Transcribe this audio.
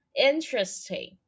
interesting